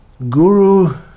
Guru